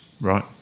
Right